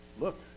look